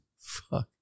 Fuck